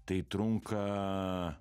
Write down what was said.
tai trunka